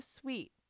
sweet